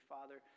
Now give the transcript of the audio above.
Father